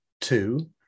Two